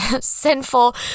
sinful